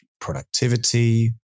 productivity